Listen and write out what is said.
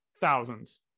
thousands